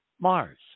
Mars